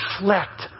reflect